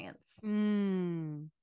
experience